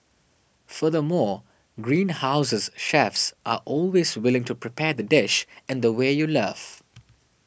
furthermore Greenhouse's chefs are always willing to prepare the dish in the way you love